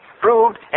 proved